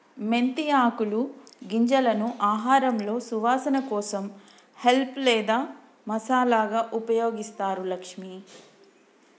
మెంతి ఆకులు గింజలను ఆహారంలో సువాసన కోసం హెల్ప్ లేదా మసాలాగా ఉపయోగిస్తారు లక్ష్మి